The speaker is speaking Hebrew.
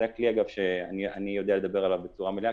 זה הכלי אגב שאני יודע לדבר עליו בצורה מלאה,